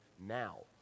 now